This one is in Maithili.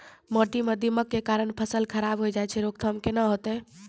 माटी म दीमक के कारण फसल खराब होय छै, रोकथाम केना होतै?